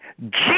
Jesus